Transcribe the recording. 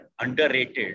underrated